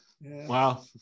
Wow